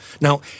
Now